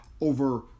over